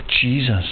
Jesus